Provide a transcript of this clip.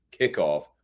kickoff